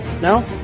No